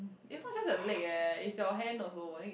is not just your leg eh is your hand also